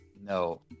No